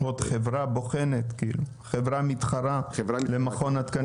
עוד חברה בוחנת כאילו, חברה מתחרה למכון התקנים?